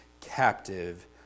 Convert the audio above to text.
captive